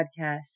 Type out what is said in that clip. Podcast